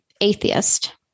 atheist